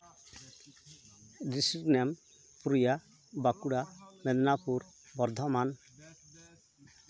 district name Purulia Bankura Medinipur Bardhaman